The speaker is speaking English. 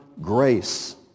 grace